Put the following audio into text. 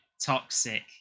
toxic